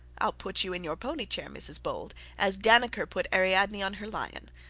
i'll put you in your pony-chair, mrs bold, as dannecker put ariadne on her lion.